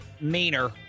meaner